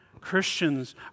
Christians